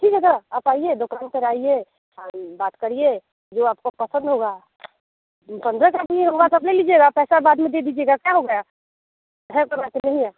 ठीक है सर आप आइए दुकान पर आइए बात करिए जो आपको पसंद होगा पंद्रह सौ का ये होगा तो आप ले लीजिएगा पैसा बाद में दे दीजिएगा क्या हो गया है तो वैसे नहीं है